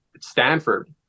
Stanford